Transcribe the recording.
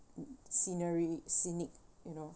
scenery scenic you know